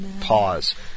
pause